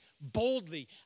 boldly